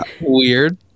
weird